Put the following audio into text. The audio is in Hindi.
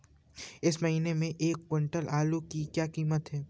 इस महीने एक क्विंटल आलू की क्या कीमत है?